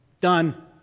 done